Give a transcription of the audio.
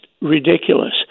ridiculous